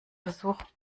versuch